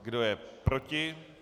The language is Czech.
Kdo je proti?